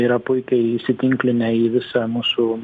yra puikiai įsitinklinę į visą mūsų